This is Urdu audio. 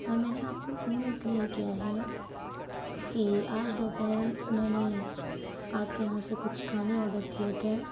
سر میں نے آپ کو فون اس لیے کیا ہے کہ آج دوپہر میں نے آپ کے یہاں سے کچھ کھانے آڈر کیے تھے